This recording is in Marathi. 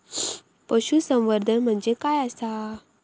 पशुसंवर्धन म्हणजे काय आसा?